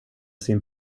sin